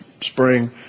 spring